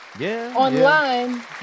online